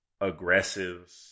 aggressive